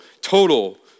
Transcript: total